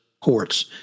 courts